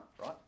right